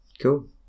cool